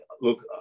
Look